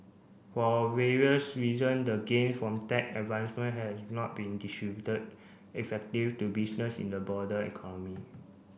for various reason the gain from tech advancement has not been distributed effective to businesses in the broader economy